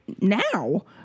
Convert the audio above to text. now